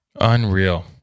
Unreal